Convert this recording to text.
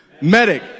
Medic